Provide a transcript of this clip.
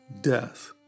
death